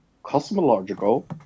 cosmological